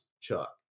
Chuck